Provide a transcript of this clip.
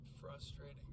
frustrating